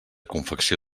confecció